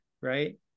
right